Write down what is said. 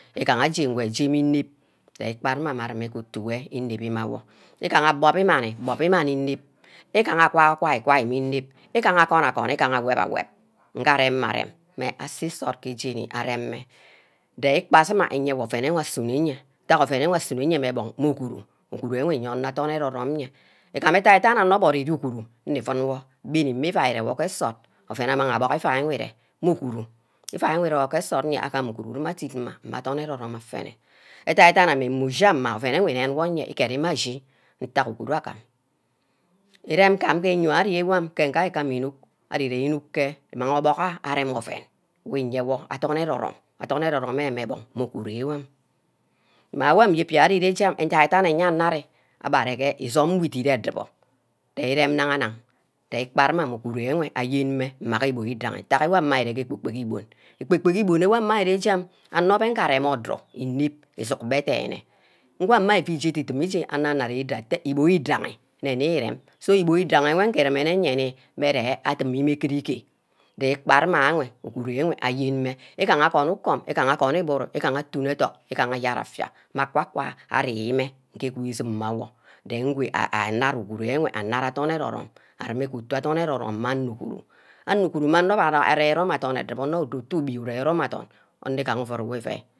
Igah aje ngwed jemeh inep, je kpagaha areme ke utu wor inep mma awor, igaha abob imani, gbob imani inep, igaha agwai gwai, gwai meh inep, igaha agon agon, igaha aweb-aweb nga aremeh areme asisod ke jemi aremeh de-ikpasima iyewor ouen wor asun or iyeh ntack ouen wor asunor iyeah meh bunk, meh uguru, uguru enwr iye-wor adorn ero-rome nye, igam eda-dan. onor ebori uguru nni uun wor gbeni me iuai ire wor gee nsort ouen wor apmang abuck iuai ere mey uguru, iusi wor ire wor ge nsort eyeah afa m uguru adiy mma, mmeh adern ero-rome afene, eda-dana ameh, mmeh ushi ama ouen wor nni-ned wor ayeah igere meh ashi ntack uguru agam, irem gam ke nne abbeh agama mmeh gee educk we isunor gee eyerk edunk ishi, ke eyio nga ari gam inuck, iri-nuck ke imang obuck ah reme ouen we iye-wor adorn ere-rome, adorn ere-rome mmeh buuk mmeh uguru wor, mma wor ibiam ire jam, ada-don ayeaha arear imagee izome nwi idit edubor der erem-naga nag den ikeaga anu uguru enwe ayen meh mma gee iban owidagi, dawor ari ire gee ebubugi ibon, ebu bugi ibon wor ari rear gam anor beh gamah arem ije edu-dubu anor-nor arear idoteh ibun idahi ne nni irem, so ibun idaghi irumeh nne yeah meh ye adini meh giri-geh dikpagu ameh uguru enwe ayene meh, igaha agmi ukom, igah ahoni iburu, igaha atunk ethok wor igaha ayard affia meh kwa-ku ari-meh ngee gu isump meh awor ihen ngwe anard uguru enwe adorn ero-rome ameh ke utu anor uguru, anor uguru meh anor wor arear inome adubor anor idowo-atteh ubi urear irome edorn anor igaha iuid wor iueg